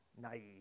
naive